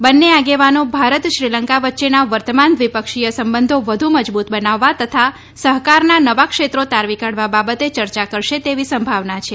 બંને આગેવાનો ભારત શ્રીલંકા વચ્ચેના વર્તમાન દ્વિપક્ષીય સંબંધો વધુ મજબુત બનાવવા તથા સહકારના નવા ક્ષેત્રો તારવી કાઢવા બાબતે ચર્ચા કરશે તેવી સંભાવના છે